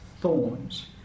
thorns